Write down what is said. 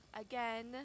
again